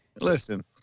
Listen